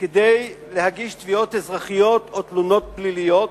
כדי להגיש תביעות אזרחיות או תלונות פליליות.